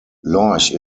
lorch